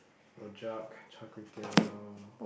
Rojak char-kway-teow